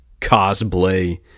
cosplay